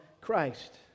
Christ